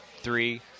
three